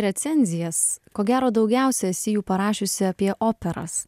recenzijas ko gero daugiausia esi jų parašiusi apie operas